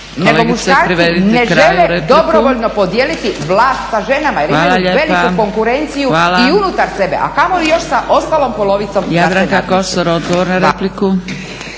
nego muškarci ne žele dobrovoljno podijeliti vlast sa ženama jer imaju veliku konkurenciju i unutar sebe, a kamoli još sa ostalom polovicom…